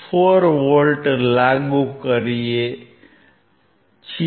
4 volt લાગુ કરીએ છીએ